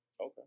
Okay